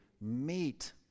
meet